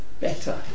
better